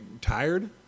tired